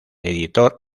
editor